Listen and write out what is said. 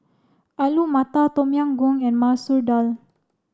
Alu Matar Tom Yam Goong and Masoor Dal